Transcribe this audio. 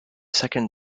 second